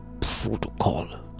protocol